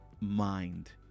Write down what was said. mind